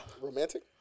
Romantic